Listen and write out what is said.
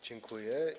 Dziękuję.